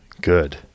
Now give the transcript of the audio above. good